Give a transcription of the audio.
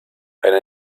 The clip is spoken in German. eine